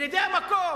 ישראלים, ילידי המקום.